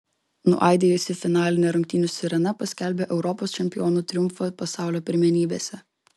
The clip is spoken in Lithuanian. nuaidėjusi finalinė rungtynių sirena paskelbė europos čempionų triumfą pasaulio pirmenybėse